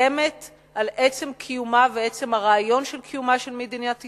מאיימת על עצם קיומה ועצם הרעיון של קיומה של מדינת ישראל.